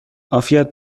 عافیت